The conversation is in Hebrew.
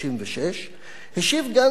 השיב גנדי שעל-פי שיטה זו